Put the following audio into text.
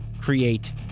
create